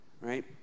right